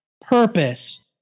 purpose